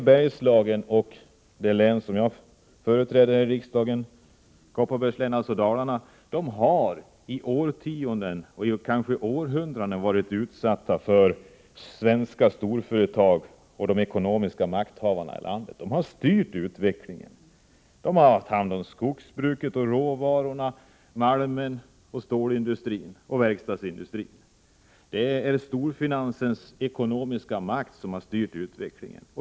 Bergslagen och det län som jag företräder här i riksdagen — Kopparbergs län, alltså Dalarna — har i årtionden och kanske i århundraden varit utsatta för svenska storföretag och för de ekonomiska makthavarna i landet. Dessa har styrt utvecklingen. De har haft hand om skogsbruket och råvarorna, malmen, stålindustrin och verkstadsindustrin. Det är storfinansens med dess ekonomiska makt som har styrt utvecklingen.